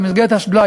במסגרת השדולה,